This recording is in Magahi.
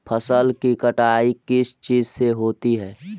फसल की कटाई किस चीज से होती है?